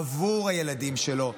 עבור הילדים שלו.